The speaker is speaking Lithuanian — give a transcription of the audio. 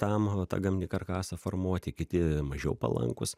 tam tą gamtinį karkasą formuoti kiti mažiau palankūs